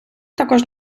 також